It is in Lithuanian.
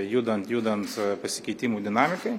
judant judant pasikeitimų dinamikai